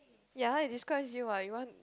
ya it describes you what you want